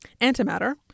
antimatter